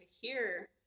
hear